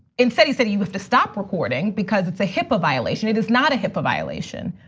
instead he said he was to stop recording because it's a hipaa violation. it is not a hipaa violation,